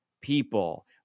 people